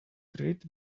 great